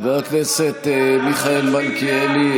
חבר הכנסת מיכאל מלכיאלי,